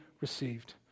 received